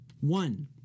one